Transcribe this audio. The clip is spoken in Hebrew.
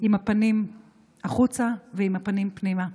עם הפנים החוצה ועם הפנים פנימה.